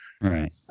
Right